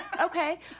Okay